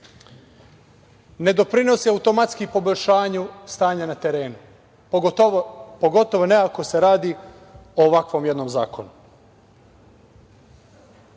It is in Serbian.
ne doprinosi automatski poboljšanju stanja na terenu, pogotovo ne ako se radi o ovakvom jednom zakonu. Zakoni